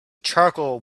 charcoal